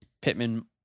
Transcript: Pittman